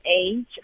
age